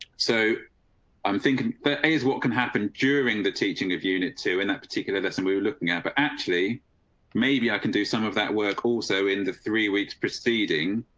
so i'm thinking that is what can happen during the teaching of unit two in that particular lesson, we were looking at, but actually maybe i can do some of that work also in the three weeks preceding,